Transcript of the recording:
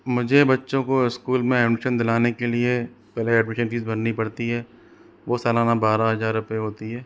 मुझे बच्चों को स्कूल में एडमिशन दिलाने के लिए पहले एडमिशन फीस भरनी पड़ती है वह सालाना बारह हज़ार रुपए होती है